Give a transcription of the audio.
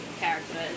character